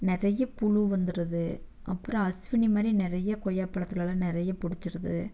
நிறைய புழு வந்துடுது அப்புறம் அஸ்வினி மாதிரி நிறைய கொய்யா பழத்துலலாம் நிறைய பிடிச்சிடுது